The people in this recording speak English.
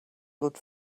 good